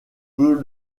peut